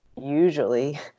usually